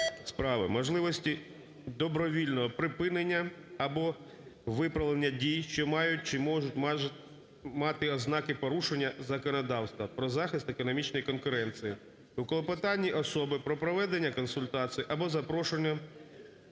справи, можливості добровільного припинення або виправлення дій, що мають чи можуть мати ознаки порушення законодавства про захист економічної конкуренції. У клопотанні особи про проведення консультацій або запрошення